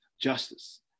justice